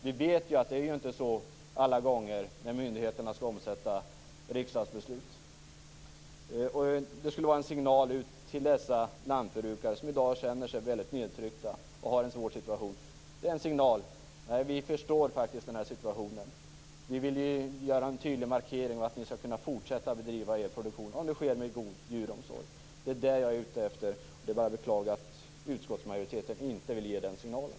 Vi vet att det inte alltid är så när myndigheterna skall omsätta riksdagsbeslut. Det skulle vara en signal ut till dessa lantbrukare, som i dag känner sig väldigt nedtryckta och har en svår situation, att vi förstår situationen. Vi ville göra en tydlig markering att vi vill att de skall kunna fortsätta driva produktion om det sker med en god djuromsorg. Det är det som jag är ute efter, och det är bara att beklaga att utskottsmajoriteten inte vill ge den signalen.